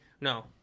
No